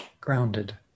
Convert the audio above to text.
Grounded